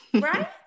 right